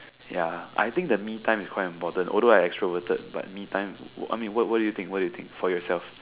ya I think the me time is important although I extroverted but me time I mean what do you what do you think for yourself